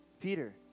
Peter